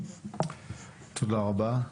תודה רבה.